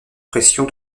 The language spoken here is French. pression